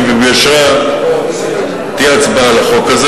וביושרה תהיה הצבעה על החוק הזה.